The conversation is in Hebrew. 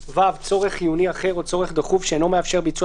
(ו)צורך חיוני אחר או צורך דחוף שאינו מאפשר ביצוע